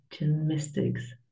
mystics